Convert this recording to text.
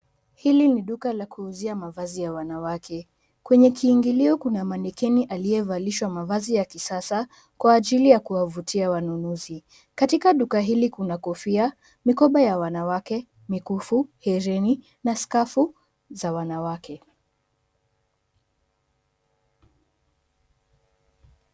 Hili ni duka la kuuzia mavazi ya wanawake. Kwenye kiingilio kuna manikeni aliyevalishwa mavazi ya kisasa kwa ajili ya kuwavutia wanunuzi. Katika duka hili kuna kofia, mikoba ya wanawake, mikufu, herini na skafu za wanawake.